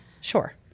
sure